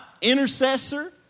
Intercessor